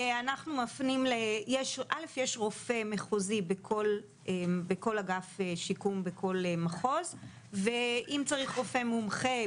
יש רופא מחוזי בכל אגף שיקום בכל מחוז ואם צריך רופא מומחה,